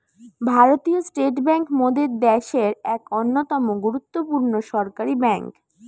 ভারতীয় state bank মোদের দ্যাশের এক অন্যতম গুরুত্বপূর্ণ সরকারি বেঙ্ক